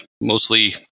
Mostly